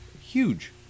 Huge